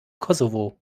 kosovo